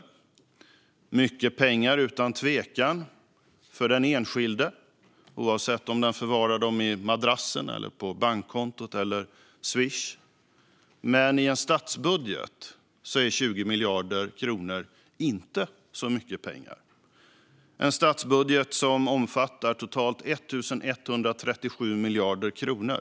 För den enskilde är det utan tvekan mycket pengar, oavsett om de förvaras i madrassen, på bankkontot eller hos Swish, men i en statsbudget är 20 miljarder kronor inte särskilt mycket pengar. Det är en statsbudget som omfattar totalt 1 137 miljarder kronor.